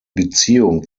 beziehung